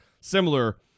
similar